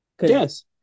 Yes